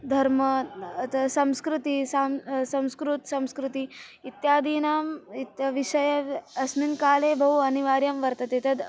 धर्मः संस्कृतिः सां संस्कृतसंस्कृतिः इत्यादीनां वित् विषये अस्मिन् काले बहु अनिवार्यं वर्तते तद्